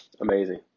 Amazing